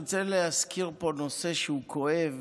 אני רוצה להזכיר פה נושא שהוא כואב,